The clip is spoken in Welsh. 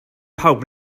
pawb